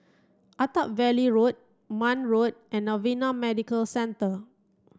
Attap Valley Road Marne Road and Novena Medical Centre